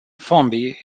formby